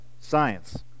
science